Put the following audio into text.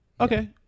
Okay